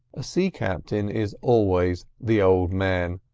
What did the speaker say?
a sea captain is always the old man,